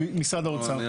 משרד האוצר.